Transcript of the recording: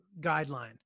guideline